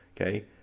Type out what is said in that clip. Okay